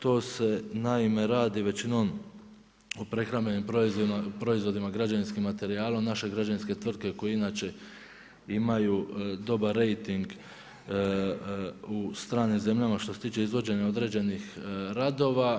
To se naime radi većinom o prehrambenim proizvodima, građevinskim materijalom naše građevinske tvrtke koje inače imaju dobar rejting u stranim zemljama što se tiče izvođenja određenih radova.